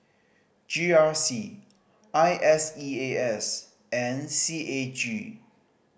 G R C I S E A S and C A G